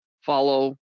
follow